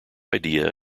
idea